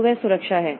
तो वह सुरक्षा है